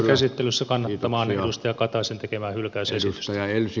käsittelyssä kannattamaan edustaja kataisen tekemää hylkäysesitystä